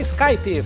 Skype